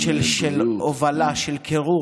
בעיות של הובלה, של קירור,